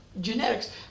genetics